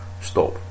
stop